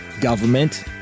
government